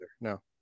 No